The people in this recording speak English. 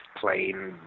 plain